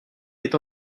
est